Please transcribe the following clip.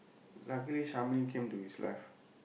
luckily Shamini came into his life